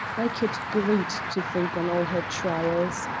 i could greet to think on all her trials.